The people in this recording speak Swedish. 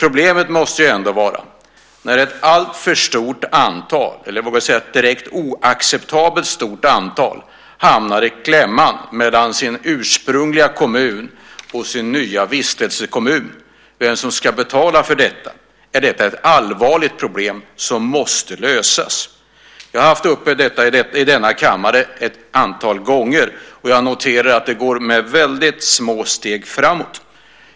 Problemet uppstår när ett alltför stort antal, eller ett oacceptabelt stort antal vågar jag säga, kommer i kläm mellan sin ursprungliga kommun och sin nya vistelsekommun om vem som ska betala för detta. Det är ett allvarligt problem som måste lösas. Jag har tagit upp denna fråga i kammaren ett antal gånger, och jag noterar att det går framåt med väldigt små steg.